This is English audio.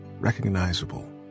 recognizable